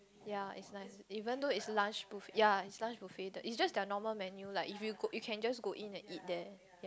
ya is nice even though is lunch buf~ ya is lunch buffet the it's just their normal menu like if you you can just go in and eat there